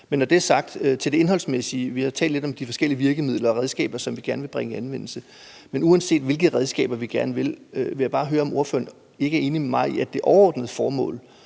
et spørgsmål til det indholdsmæssige. Vi har jo talt lidt om de forskellige virkemidler og redskaber, som vi gerne vil bringe i anvendelse, men uanset hvilke redskaber vi gerne vil anvende, vil jeg bare høre, om ordføreren ikke er enig med mig i, at det overordnede formål